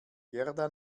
gerda